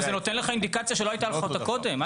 אבל זה נותן לך אינדיקציה שלא הייתה לך אותה קודם.